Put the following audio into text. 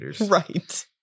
Right